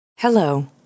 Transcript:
Hello